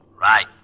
Right